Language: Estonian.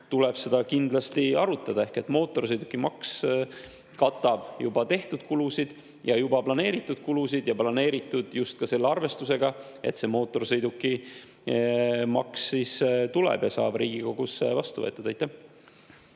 tuleb seda kindlasti arutada. Mootorsõidukimaks katab juba tehtud kulusid ja juba planeeritud kulusid. Planeeritud just ka selle arvestusega, et mootorsõidukimaks tuleb ja saab Riigikogus vastu võetud. Suur